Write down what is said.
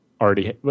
already